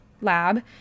lab